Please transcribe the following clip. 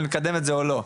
על לקדם את זה או לא,